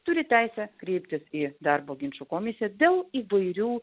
turi teisę kreiptis į darbo ginčų komisiją dėl įvairių